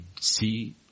see